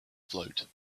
float